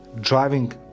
driving